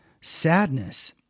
sadness